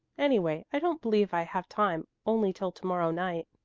anyway i don't believe i have time only till to-morrow night.